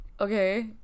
okay